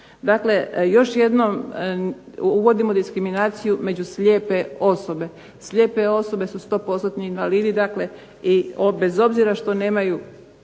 Dakle, još jednom uvodimo diskriminaciju među slijepe osobe. Slijepe osobe su stopostotni invalidi dakle, i bez obzira što nemaju